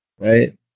Right